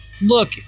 Look